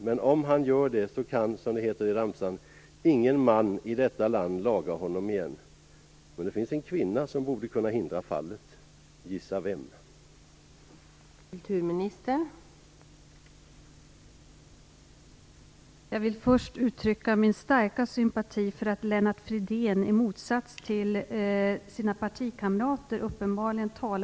Men om han gör det kan ingen man i detta land laga honom, som det heter i ramsan. Men det finns en kvinna som borde kunna hindra fallet. Gissa vem det är!